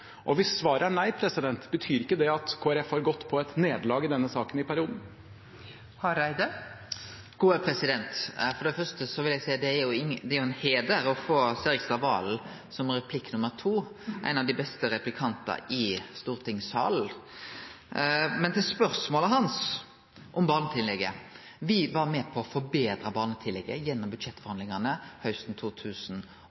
Og hvis svaret er nei, betyr ikke det at Kristelig Folkeparti har gått på et nederlag i denne saken i perioden? For det første vil eg seie at det er ein heider å få Serigstad Valen som replikk nr. 2 – ein av dei beste replikantane i stortingssalen. Men til spørsmålet hans om barnetillegget: Me var med på å forbetre barnetillegget gjennom